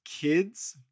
kids